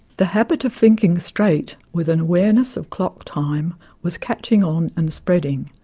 the habit of thinking straight with an awareness of clock time was catching on and spreading.